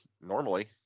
normally